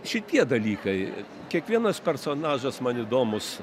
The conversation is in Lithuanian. šitie dalykai kiekvienas personažas man įdomūs